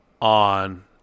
on